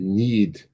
need